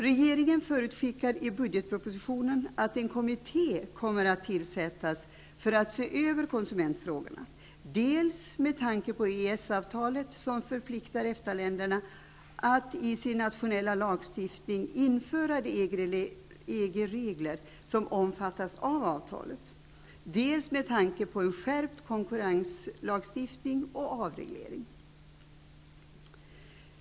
Regeringen förutskickar i budgetpropositionen att en kommitté kommer att tillsättas för att se över konsumentfrågorna, dels med tanke på EES avtalet, som förpliktar EFTA-länderna att i sin nationella lagstiftning införa de EG-regler som omfattas av avtalet, dels med tanke på en skärpt konkurrenslagstiftning och avreglering.